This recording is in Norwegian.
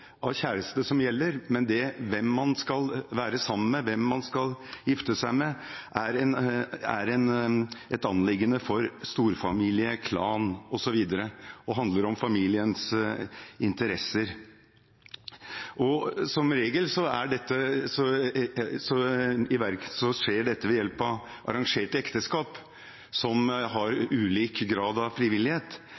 av kjæreste som gjelder, men hvem man skal være sammen med, hvem man skal gifte seg med, er et anliggende for storfamilie, klan osv. og handler om familiens interesser. Som regel skjer dette ved hjelp av arrangerte ekteskap, som har ulik grad av frivillighet, men det er en stor gråsone mot tvangsekteskap innenfor det som